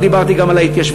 לא דיברתי גם על ההתיישבות,